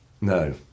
no